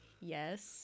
Yes